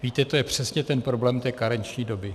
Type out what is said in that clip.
Víte, to je přesně problém té karenční doby.